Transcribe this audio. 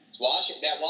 Washington